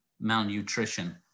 malnutrition